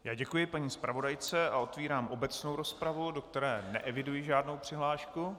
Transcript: Já děkuji paní zpravodajce a otvírám obecnou rozpravu, do které neeviduji žádnou přihlášku.